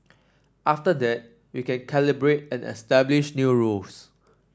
after that we can calibrate and establish new rules